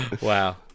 Wow